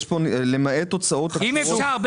יש פה 'למעט הוצאות --- חצוף.